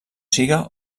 siga